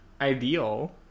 ideal